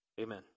Amen